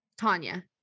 Tanya